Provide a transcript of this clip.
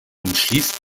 umschließt